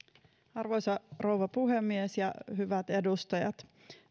arvoisa rouva puhemies ja hyvät edustajat